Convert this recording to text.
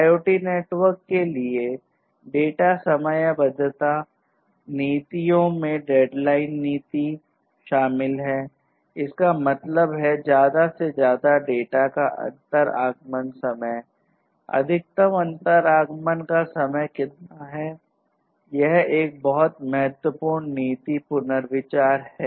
IoT network के लिए data समयबद्धता नीतियों में डेडलाइन नीति है